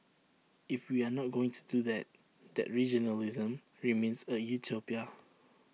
if we are not going to do that then regionalism remains A utopia